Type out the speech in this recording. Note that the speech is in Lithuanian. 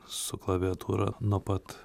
su klaviatūra nuo pat